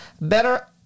better